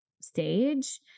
stage